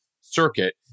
circuit